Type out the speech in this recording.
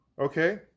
Okay